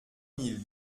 mille